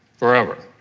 forever.